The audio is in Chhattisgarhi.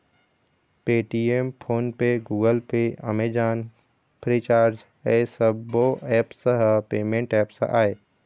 Paytm, PhonePe, Google Pay, Amazon, Freecharge ए सब्बो ऐप्स ह पेमेंट ऐप्स आय